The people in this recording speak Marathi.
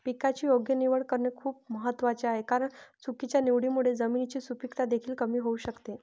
पिकाची योग्य निवड करणे खूप महत्वाचे आहे कारण चुकीच्या निवडीमुळे जमिनीची सुपीकता देखील कमी होऊ शकते